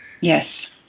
Yes